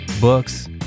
books